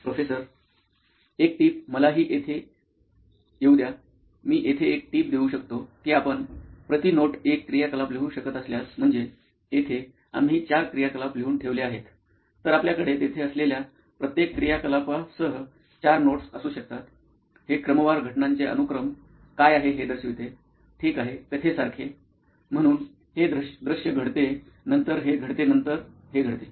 professor एक टीप मलाही येथे येऊ द्या मी येथे एक टीप देऊ शकतो की आपण प्रति नोट एक क्रियाकलाप लिहू शकत असल्यास म्हणजे येथे आम्ही चार क्रियाकलाप लिहून ठेवले आहेत तर आपल्याकडे तेथे असलेल्या प्रत्येक क्रियाकलापासह चार नोट्स असू शकतात हे क्रमवार घटनांचे अनुक्रम काय आहे हे दर्शविते ठीक आहे कथेसारखे म्हणून हे दृश्य घडते नंतर हे घडते नंतर हे घडते